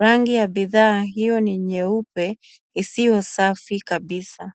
Rangi ya bidhaa hiyo ni nyeupe isiyo safi kabisa.